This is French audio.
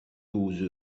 douze